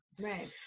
Right